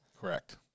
Correct